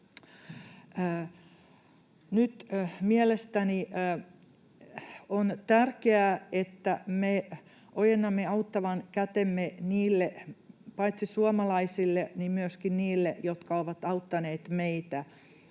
Nyt mielestäni on tärkeää, että me ojennamme auttavan kätemme paitsi suomalaisille myöskin niille, jotka ovat auttaneet meitä,